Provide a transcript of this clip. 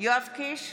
יואב קיש,